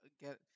get